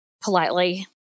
politely